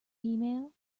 email